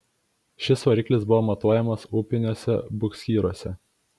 šis variklis buvo montuojamas upiniuose buksyruose